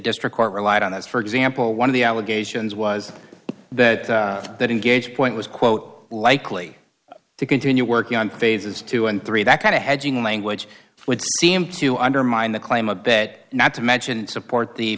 district court relied on that for example one of the allegations was that that engaged point was quote likely to continue working on phases two and three that kind of hedging language would seem to undermine the claim of that not to mention support the